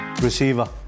Receiver